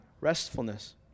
restfulness